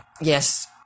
Yes